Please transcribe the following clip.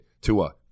Tua